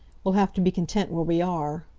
we'll have to be content where we are.